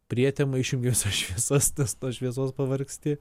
prietemoj išjungęs šviesas tas nuo šviesos pavargsti